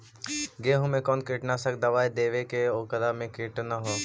गेहूं में कोन कीटनाशक दबाइ देबै कि ओकरा मे किट न हो?